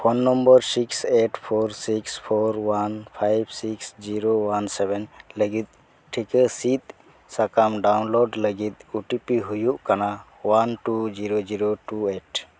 phone number six eight four six four one five six zero one seven ᱞᱟᱹᱜᱤᱫ ᱴᱷᱤᱠᱟᱹ ᱥᱤᱫ ᱥᱟᱠᱟᱢ download ᱞᱟᱹᱜᱤᱫ ᱳ ᱴᱤ ᱯᱤ ᱦᱩᱭᱩᱜ ᱠᱟᱱᱟ one two zero zero two eight